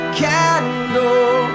candle